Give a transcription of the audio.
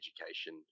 education